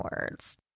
words